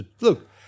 Look